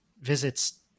visits